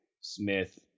smith